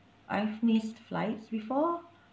I've missed flights before